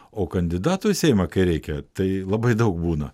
o kandidatų į seimą kai reikia tai labai daug būna